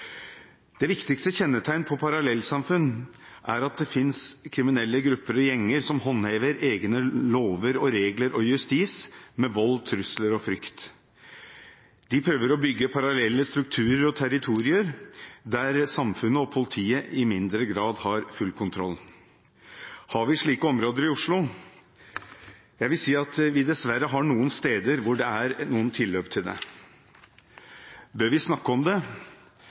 Det viktigste kjennetegn på parallellsamfunn er at det finnes kriminelle grupper og gjenger som håndhever egne lover og regler med vold, trusler og frykt. De prøver å bygge parallelle strukturer og territorier der samfunnet og politiet i mindre grad har full kontroll. Har vi slike områder i Oslo? Jeg vil si at vi dessverre har noen steder hvor det er noen tilløp til det. Bør vi snakke om det?